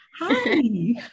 Hi